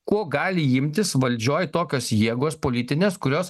ko gali imtis valdžioj tokios jėgos politinės kurios